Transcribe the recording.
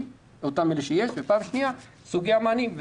למי שיש להם אותם וסוגי המענים.